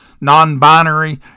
non-binary